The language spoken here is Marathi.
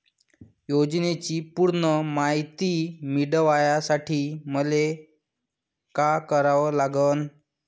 योजनेची पूर्ण मायती मिळवासाठी मले का करावं लागन?